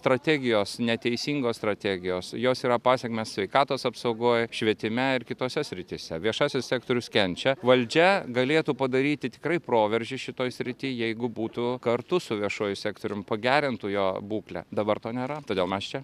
strategijos neteisingos strategijos jos yra pasekmės sveikatos apsaugoj švietime ir kitose srityse viešasis sektorius kenčia valdžia galėtų padaryti tikrai proveržį šitoj srity jeigu būtų kartu su viešuoju sektorium pagerintų jo būklę dabar to nėra todėl mes čia